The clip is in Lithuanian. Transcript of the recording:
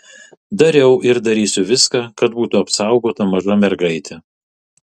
dariau ir darysiu viską kad būtų apsaugota maža mergaitė